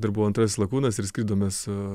dar buvau antrasis lakūnas ir skridome su